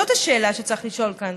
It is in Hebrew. זאת השאלה שצריך לשאול כאן.